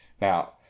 Now